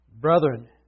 Brethren